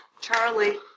Charlie